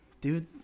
dude